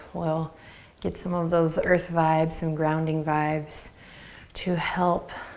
we'll get some of those earth vibes and grounding vibes to help